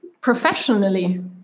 professionally